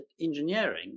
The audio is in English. engineering